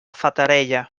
fatarella